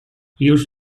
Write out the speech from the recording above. już